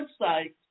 website